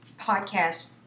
podcast